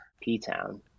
P-Town